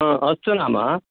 ह अस्तु नाम